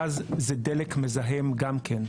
גז זה דלק מזהם גם כן.